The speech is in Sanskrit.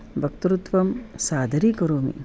वक्तृत्वं सादरीकरोमि